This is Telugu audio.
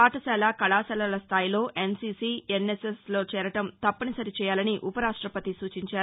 పాఠశాల కళాశాలల స్టాయిలో N CC N S S లలో చేరటం తప్పనిసరి చేయాలని ఉపరాష్టపతి సూచించారు